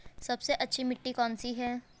सबसे अच्छी मिट्टी कौन सी है?